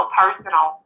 personal